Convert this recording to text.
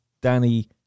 Danny